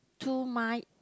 two mind